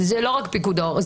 זה לא רק פיקוד העורף,